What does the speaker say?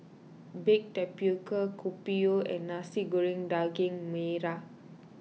Baked Tapioca Kopi O and Nasi Goreng Daging Merah